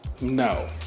no